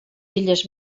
illes